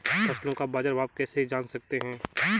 फसलों का बाज़ार भाव कैसे जान सकते हैं?